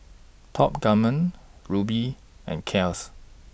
Top Gourmet Rubi and Kiehl's